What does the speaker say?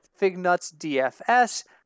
FignutsDFS